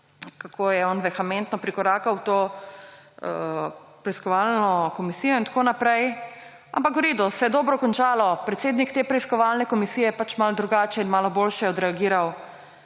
kako je on vehementno prikorakal v to preiskovalno komisijo in tako naprej, ampak v redu, se je dobro končalo. Predsednik te preiskovalne komisije je malo drugače in malo boljše odreagiral,